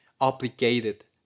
obligated